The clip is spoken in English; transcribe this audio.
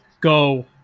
go